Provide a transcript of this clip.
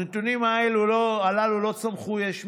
הנתונים הללו לא צמחו יש מאין.